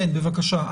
כן, בבקשה.